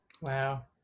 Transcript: Wow